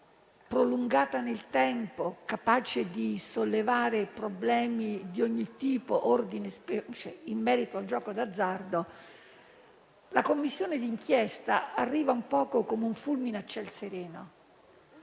prolungata nel tempo, capace di sollevare problemi di ogni tipo e ordine in merito al gioco d'azzardo, la Commissione di inchiesta arriva un poco come un fulmine a ciel sereno.